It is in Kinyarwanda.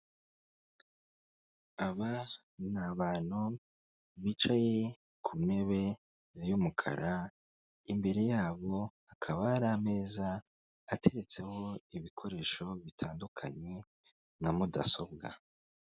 Aba ni abantu bicaye ku ntebe y'umukara imbere yabo hakaba hari ameza ateretseho ibikoresho bitandukanye na mudasobwa.